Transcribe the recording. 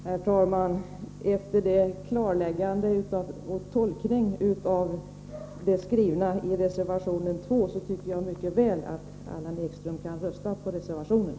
Herr talman! Efter den tolkningen av det skrivna i reservationen 2 tycker jag att Allan Ekström mycket väl kan rösta på den reservationen.